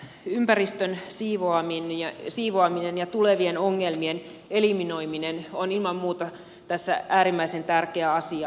ympäristön siivoaminen ja tulevien ongelmien eliminoiminen on ilman muuta tässä äärimmäisen tärkeä asia